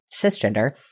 cisgender